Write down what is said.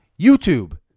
YouTube